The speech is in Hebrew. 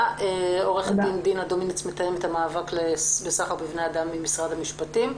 עורכת דין דינה דומיניץ מתאמת המאבק בסחר בבני אדם במשרד המשפטים.